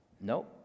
Nope